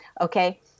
okay